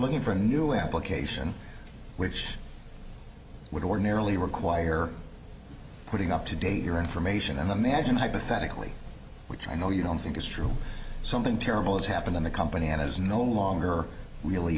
looking for a new application which would ordinarily require putting up to date your information on the mansion hypothetically which i know you don't think is true something terrible has happened in the company and it is no longer really